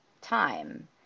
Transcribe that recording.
time